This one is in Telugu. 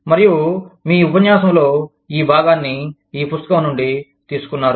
మరియు మీ ఉపన్యాసంలో ఈ భాగాన్ని ఈ పుస్తకం నుండి తీసుకున్నారు